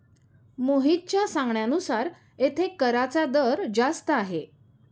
मोहितच्या सांगण्यानुसार येथे कराचा दर जास्त आहे